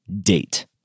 date